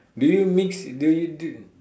do you mix do you do